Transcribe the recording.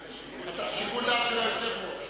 זה נתון לשיקול דעתו של היושב-ראש.